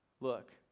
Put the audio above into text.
look